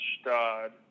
Stad